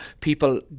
people